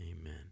Amen